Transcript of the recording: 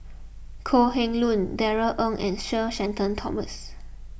Kok Heng Leun Darrell Ang and Sir Shenton Thomas